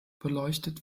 beleuchtet